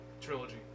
Trilogy